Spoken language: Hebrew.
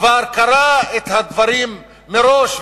שכבר קרא את הדברים מראש,